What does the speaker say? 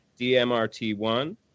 DMRT1